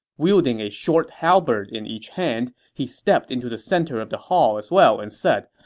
wielding a short halberd in each hand, he stepped into the center of the hall as well and said,